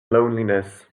loneliness